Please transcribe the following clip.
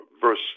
verse